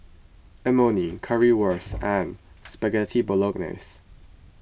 Imoni Currywurst and Spaghetti Bolognese